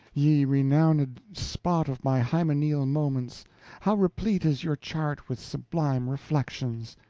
ye renowned spot of my hymeneal moments how replete is your chart with sublime reflections!